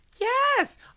Yes